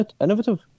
innovative